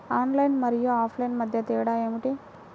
Online మరియు offline మధ్య తేడా ఏమిటీ?